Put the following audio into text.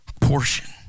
portion